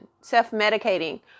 self-medicating